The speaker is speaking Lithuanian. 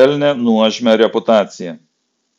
pelnė nuožmią reputaciją